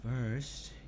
First